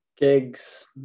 Gigs